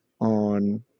on